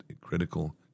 critical